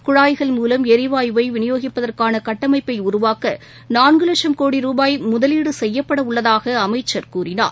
குழாய்கள் மூலம் எரிவாயுவை விநியோகிப்பதற்கான கட்டமைப்பை உருவாக்க நான்கு வட்சம் கோடி ரூபாய் முதலீடு செய்யப்பட உள்ளதாக அமைச்சர் கூறினார்